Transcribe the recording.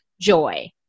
joy